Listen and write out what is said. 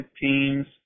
teams